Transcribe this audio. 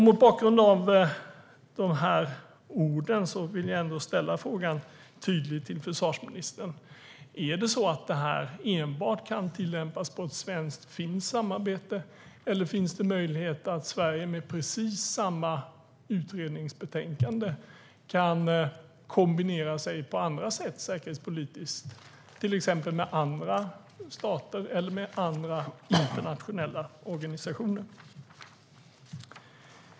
Mot bakgrund av de här orden vill jag ändå ställa frågan tydligt till försvarsministern: Är det så att det här enbart kan tillämpas på ett svensk-finskt samarbete, eller finns det möjlighet att Sverige med precis samma utredningsbetänkande kan kombinera sig säkerhetspolitiskt på andra sätt, till exempel med andra stater eller med andra internationella organisationer?